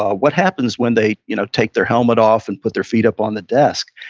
ah what happens when they you know take their helmet off and put their feet up on the desk?